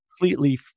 completely